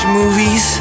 movies